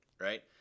right